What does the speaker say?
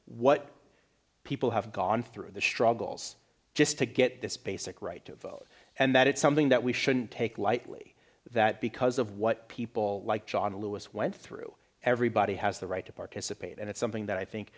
what people have gone through the struggles just to get this basic right and that it's something that we shouldn't take lightly that because of what people like john lewis went through everybody has the right to participate and it's something that i think